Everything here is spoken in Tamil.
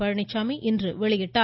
பழனிச்சாமி இன்று வெளியிட்டார்